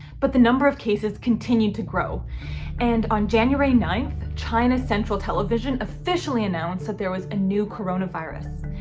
but the number of cases continued to grow and on january ninth china central television officially announced that there was a new corona virus.